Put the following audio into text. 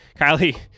Kylie